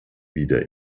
wieder